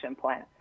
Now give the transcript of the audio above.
plant